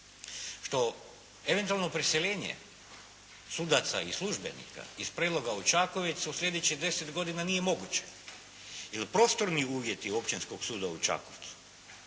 što, eventualno preseljenje sudaca i službenika iz Preloga u Čakovec u sljedećih 10 godina nije moguće, jer prostorni uvjeti Općinskog suda u Čakovcu,